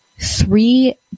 three